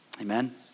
Amen